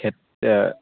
খেত